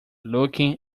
looking